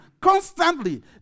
constantly